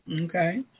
Okay